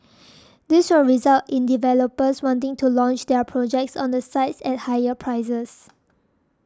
this will result in developers wanting to launch their projects on these sites at higher prices